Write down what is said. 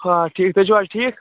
ہاں ٹھیٖک تُہۍ چھُو حظ ٹھیٖک